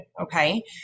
okay